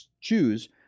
choose